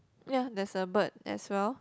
ya there is a bird as well